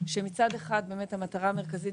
שמצד אחד המטרה המרכזית,